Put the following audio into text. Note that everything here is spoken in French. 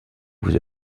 vous